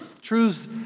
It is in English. Truths